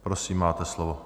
Prosím, máte slovo.